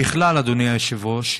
בכלל, אדוני היושב-ראש,